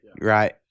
right